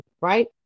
right